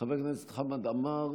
חבר הכנסת חמד עמאר,